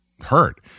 hurt